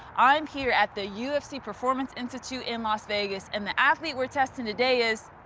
i'm here at the ufc performance institute in las vegas and the athlete we're testing today is.